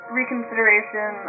reconsideration